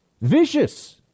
vicious